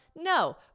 No